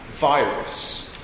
virus